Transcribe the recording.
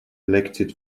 elected